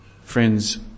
Friends